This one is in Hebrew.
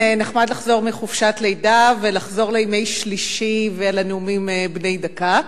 נחמד לחזור מחופשת לידה ולחזור לימי שלישי ולנאומים בני דקה.